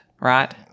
right